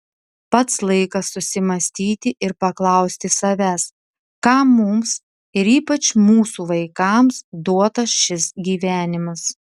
pats laikas susimąstyti ir paklausti savęs kam mums ir ypač mūsų vaikams duotas šis gyvenimas